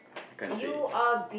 I can't say